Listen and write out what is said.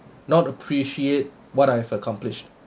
not appreciate what I've accomplished